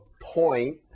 point